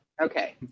Okay